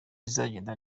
izagenda